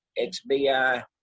XBI